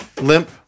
Limp